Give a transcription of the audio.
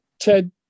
Ted